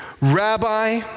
Rabbi